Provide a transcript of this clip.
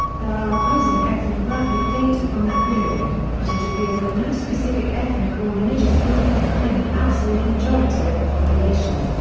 there are opposing ethnographic data from that period, but it appears that no specific ethnic or religious group could claim an absolute majority of the population.